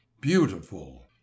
beautiful